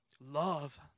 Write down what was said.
love